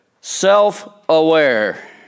self-aware